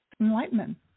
enlightenment